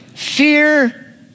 Fear